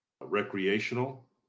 recreational